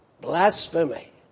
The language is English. Blasphemy